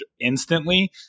instantly